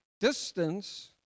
distance